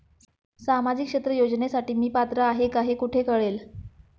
सामाजिक क्षेत्र योजनेसाठी मी पात्र आहे का हे कुठे कळेल?